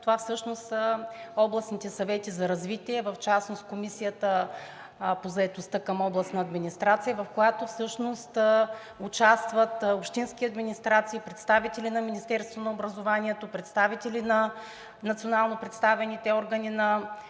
Това всъщност са областните съвети за развитие и в частност Комисията по заетостта към областната администрация, в която всъщност участват общински администрации, представители на Министерството на образованието, представители на национално представените органи на